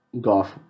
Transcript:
golf